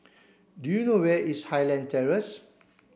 do you know where is Highland Terrace